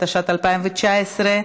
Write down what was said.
התשע"ט 2019,